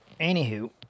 anywho